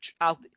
out